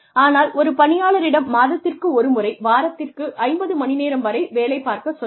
ஆனால் ஒரு பணியாளரிடம் மாதத்திற்கு ஒரு முறை வாரத்திற்கு 50 மணிநேரம் வரை வேலை பார்க்கச் சொல்லலாம்